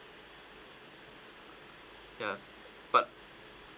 ya but